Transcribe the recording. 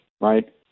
right